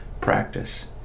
practice